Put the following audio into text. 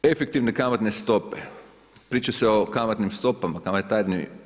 Efektivne kamatne stope, priča se o kamatnim stopama, kamatarenju.